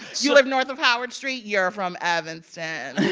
you live north of howard street? you're from evanston